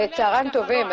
צהריים טובים,